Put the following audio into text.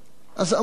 אז אמרו.